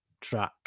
track